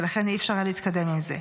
ולכן אי-אפשר היה להתקדם עם זה.